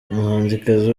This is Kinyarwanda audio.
umuhanzikazi